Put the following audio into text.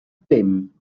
dim